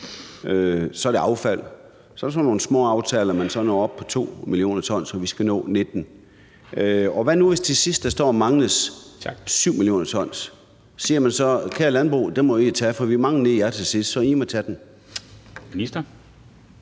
Så er det affald, så er det nogle små aftaler med, at man når op på 2 mio. t, men vi skal nå 19. Hvad nu hvis man står og mangler 7 mio. t, siger man så: Kære landbrug, dem må I tage, for vi mangler lige jer til sidst, så I må tage dem?